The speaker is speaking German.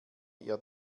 ihr